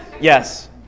Yes